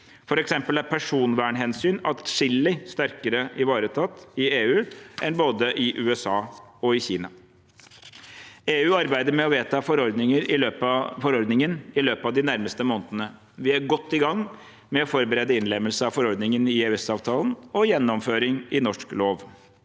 For eksempel er personvernhensyn atskillig sterkere ivaretatt i EU enn i både USA og Kina. EU arbeider for å vedta forordningen i løpet av de nærmeste månedene. Vi er godt i gang med å forberede innlemmelse av forordningen i EØS-avtalen og gjennomføring i norsk lov.